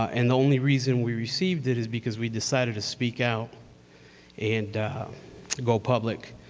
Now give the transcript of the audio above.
and the only reason we received it is because we decided to speak out and go public.